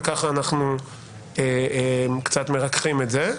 וכך אנחנו קצת מרככים את זה,